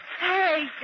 Hey